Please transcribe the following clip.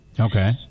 Okay